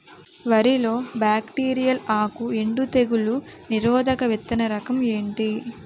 వరి లో బ్యాక్టీరియల్ ఆకు ఎండు తెగులు నిరోధక విత్తన రకం ఏంటి?